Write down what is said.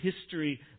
history